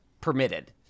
permitted